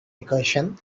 recursion